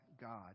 god